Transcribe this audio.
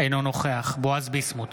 אינו נוכח בועז ביסמוט,